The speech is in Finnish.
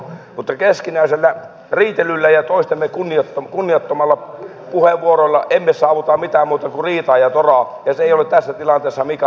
mutta keskinäisellä riitelyllä ja epäkunnioittavilla puheenvuoroilla emme saavuta mitään muuta kuin riitaa ja toraa ja se ei ole tässä tilanteessa mikään ratkaisu